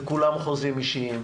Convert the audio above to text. וכולם חוזים אישיים.